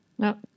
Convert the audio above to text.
No